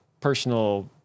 personal